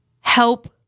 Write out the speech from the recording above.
help